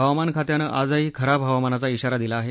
हवामान खात्यानं आजही खराब हवामानाचा इशारा दिला आहे